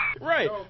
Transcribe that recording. Right